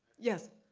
yes.